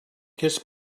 kiss